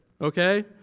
okay